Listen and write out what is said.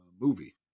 movie